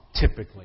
typically